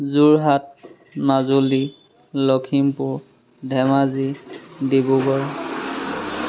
Jorhat Majuli Lakhimpur Dhemaji Dibrugarh